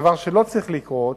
דבר שלא צריך לקרות,